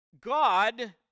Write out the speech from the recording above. God